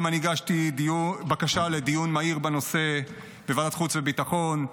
הגשתי היום בקשה לדיון מהיר בנושא בוועדת חוץ וביטחון.